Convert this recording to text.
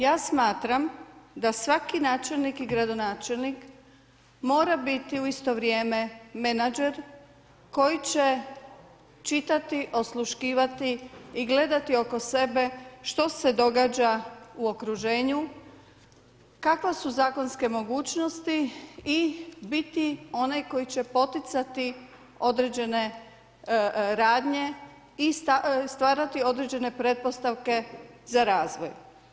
Ja smatram da svaki načelnik i gradonačelnik mora biti u isto vrijeme menadžer koji će čitati, osluškivati i gledati oko sebe što se događa u okruženju, kakve su zakonske mogućnosti i biti onaj koji će poticati određene radnje i stvarati određene pretpostavke za razvoj.